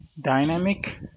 dynamic